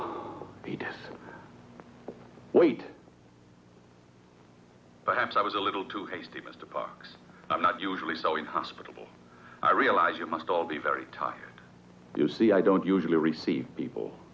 eat wait perhaps i was a little too hasty mr cox i'm not usually so hospitable i realize you must all be very time you see i don't usually receive people